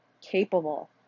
capable